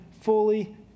fully